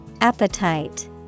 Appetite